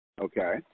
Okay